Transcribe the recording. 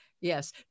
Yes